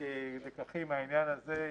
כלקחים מהעניין הזה,